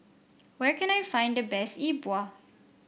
where can I find the best Yi Bua